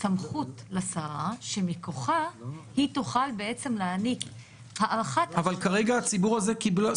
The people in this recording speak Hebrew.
סמכות לשרה שמכוחה היא תוכל להעניק הארכת תוקף.